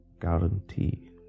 Guarantee